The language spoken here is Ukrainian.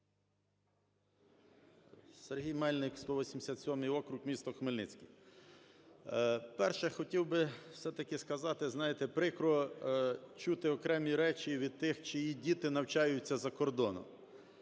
Сергій Мельник, 187 округ, місто Хмельницький. Перше. Я хотів би все-таки сказати, знаєте, прикро чути окремі речі від тих, чиї діти навчаються за кордоном.